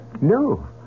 No